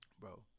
Bro